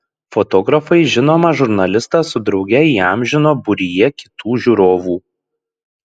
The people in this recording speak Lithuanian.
fotografai žinomą žurnalistą su drauge įamžino būryje kitų žiūrovų